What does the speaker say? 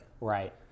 Right